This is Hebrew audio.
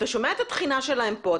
אתה שומע את התחינה שלהן פה,